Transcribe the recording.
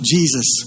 Jesus